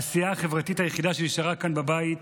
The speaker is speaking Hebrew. הסיעה החברתית היחידה שנשארה כאן בבית,